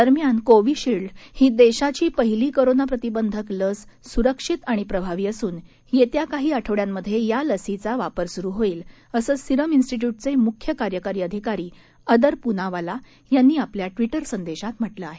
दरम्यान कोविशील्ड ही देशाची पहिली कोरोना प्रतिबंधक लस सुरक्षित आणि प्रभावी असून येत्या काही आठवड्यांमध्ये या लसीचा वापर सुरु होईल असं सिरम स्टिट्यूट चे मुख्य कार्यकारी अधिकारी अदर पुनावाला यांनी आपल्या ट्विटर संदेशात म्हटलं आहे